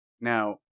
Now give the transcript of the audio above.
Now